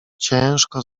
ciężko